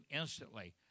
instantly